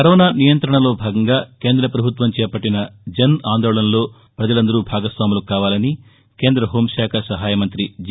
corona నియంతణలో భాగంగా కేంద్ర వభుత్వం చేవట్టిన జన్ ఆందోళన్లో ప్రజలందరూ భాగస్వాములు కావాలని కేంద్ర హోంశాఖ నహాయమంతి జి